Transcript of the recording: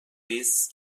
biz